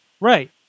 Right